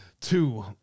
two